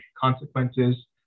consequences